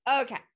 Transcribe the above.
Okay